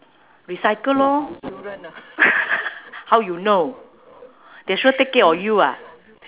recycle lor how you know they sure take care of you ah